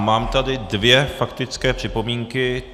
Mám tady dvě faktické připomínky.